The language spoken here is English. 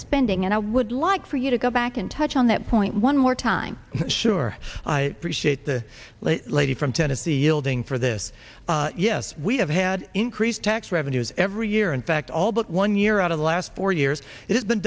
spending and i would like for you to go back in touch on that point one more time sure i appreciate the lady from tennessee yielding for this yes we have had increased tax revenues every year in fact all but one year out of the last four years it has been